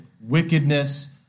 wickedness